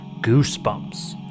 Goosebumps